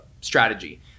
strategy